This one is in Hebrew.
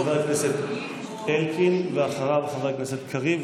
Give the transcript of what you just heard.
חבר הכנסת אלקין, ואחריו, חבר הכנסת קריב.